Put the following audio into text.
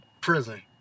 prison